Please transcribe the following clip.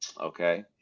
Okay